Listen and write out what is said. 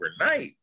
overnight